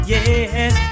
Yes